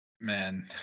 Man